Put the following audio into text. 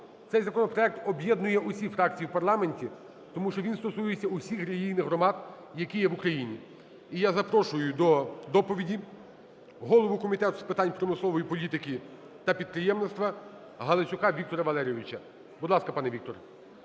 Цей законопроект об'єднує всі фракції в парламенті, тому що він стосується усіх релігійних громад, які є в Україні. І я запрошую до доповіді голову Комітету з питань промислової політики та підприємництва Галасюка Віктора Валерійовича. Будь ласка, пане Вікторе.